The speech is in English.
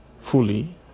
Fully